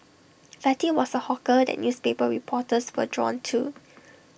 fatty was A hawker that newspaper reporters were drawn to